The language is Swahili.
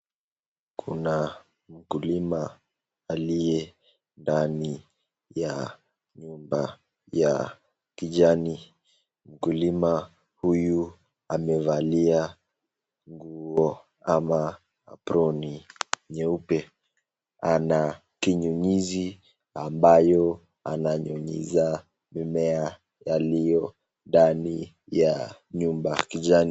Kuna mkulima aliyendani ya nyumba ya kijani. Mkulima huyu amevalia nguo ama aproni nyeupe ana kinyunyizi ambayo ananyunyizia mimea yaliyo ndani ya nyumba kijani.